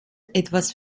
etwas